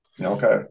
okay